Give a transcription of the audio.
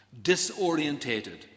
disorientated